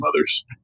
others